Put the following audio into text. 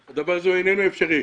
צודקת.